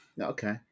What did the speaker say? Okay